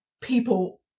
people